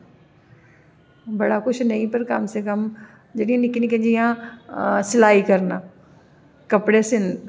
बड़ा कुछ नेईं पर कम से कम जेह्डे़ निक्के निक्के जि'यां सिलाई करना कपडे़ सिलना